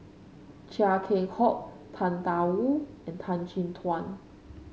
Chia Keng Hock Tang Da Wu and Tan Chin Tuan